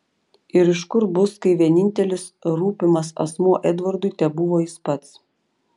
ir iš kur bus kai vienintelis rūpimas asmuo edvardui tebuvo jis pats